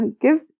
give